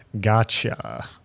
Gotcha